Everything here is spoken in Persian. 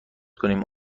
کنیم